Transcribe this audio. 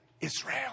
Israel